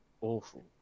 awful